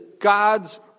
God's